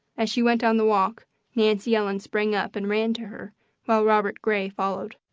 as she went down the walk nancy ellen sprang up and ran to her while robert gray followed.